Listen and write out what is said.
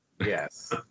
Yes